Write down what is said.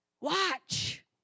Watch